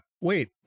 Wait